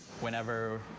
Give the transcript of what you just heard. Whenever